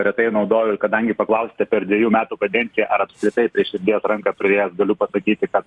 retai naudoju kadangi paklausėte per dviejų metų kadenciją ar apskritai prie širdies ranką pridėjęs galiu pasakyti kad